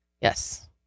Yes